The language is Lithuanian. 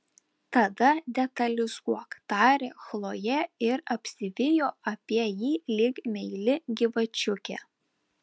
tada detalizuok tarė chlojė ir apsivijo apie jį lyg meili gyvačiukė